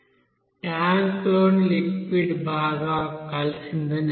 ట్యాంక్లోని liquid బాగా కలిసిందని అనుకోండి